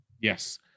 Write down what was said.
Yes